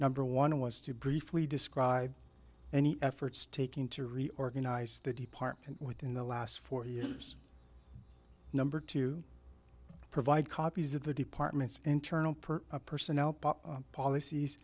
number one was to briefly describe any efforts taking to reorganize the department within the last forty years number to provide copies of the department's internal purt personnel policies